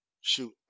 shoot